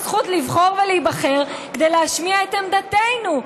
הזכות לבחור ולהיבחר כדי להשמיע את עמדתנו.